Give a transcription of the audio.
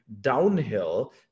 downhill